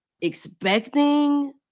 expecting